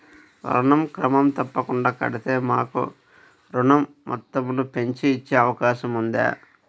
ఋణం క్రమం తప్పకుండా కడితే మాకు ఋణం మొత్తంను పెంచి ఇచ్చే అవకాశం ఉందా?